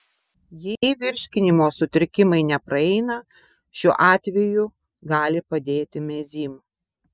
jei virškinimo sutrikimai nepraeina šiuo atveju gali padėti mezym